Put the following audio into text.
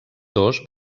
dos